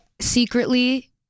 secretly